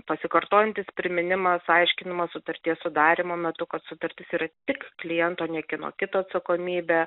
pasikartojantis priminimas aiškinimas sutarties sudarymo metu kad sutartis yra tik kliento niekieno kito atsakomybė